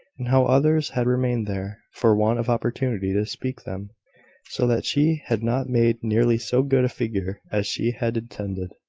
and how others had remained there, for want of opportunity to speak them so that she had not made nearly so good a figure as she had intended.